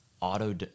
auto